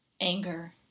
anger